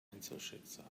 einzelschicksal